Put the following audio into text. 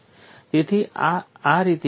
તેથી આ આ રીતે ખુલે છે